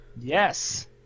Yes